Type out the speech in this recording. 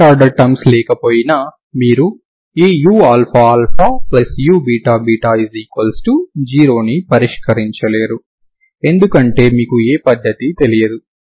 lower order terms లేకపోయినా మీరు ఈ uααuββ0 ని పరిష్కరించలేరు ఎందుకంటే మీకు ఏ పద్ధతి తెలియదు